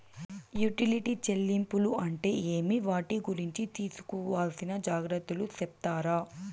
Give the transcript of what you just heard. Utility చెల్లింపులు అంటే ఏమి? వాటి గురించి తీసుకోవాల్సిన జాగ్రత్తలు సెప్తారా?